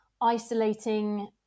isolating